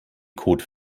code